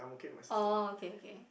orh okay okay